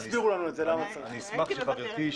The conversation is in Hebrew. אני אשמח שחברתי,